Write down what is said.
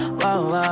wow